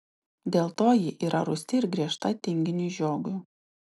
dėl to ji yra rūsti ir griežta tinginiui žiogui